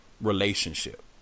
relationship